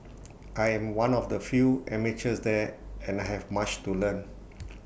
I am one of the few amateurs there and I have much to learn